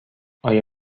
آیا